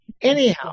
Anyhow